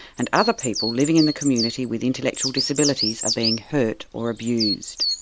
and other people living in the community with intellectual disabilities are being hurt or abused.